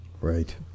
Right